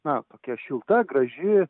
na tokia šilta graži